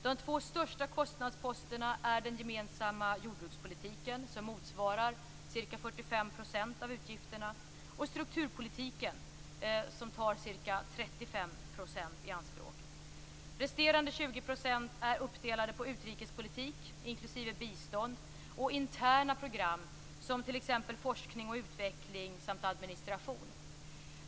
De två största kostnadsposterna är den gemensamma jordbrukspolitiken, som motsvarar ca 45 % av utgifterna, och strukturpolitiken, som tar ca 35 % i anspråk. Resterande 20 % är uppdelade på utrikespolitik inklusive bistånd och interna program, som t.ex. forskning och utveckling samt administration.